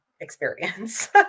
experience